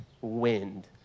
wind